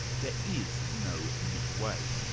there is no midway.